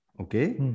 Okay